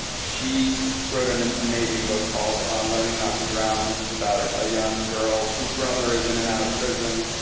and she wrote an an amazing book called learning not to drown, which is about a a young girl whose brother is in and out of prison.